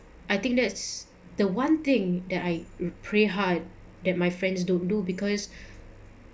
I think that's the one thing that I would pray hard that my friends don't do because